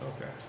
Okay